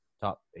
top